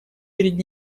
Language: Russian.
перед